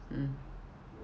mm